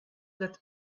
that